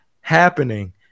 happening